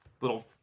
little